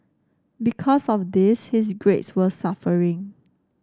because of this his grades were suffering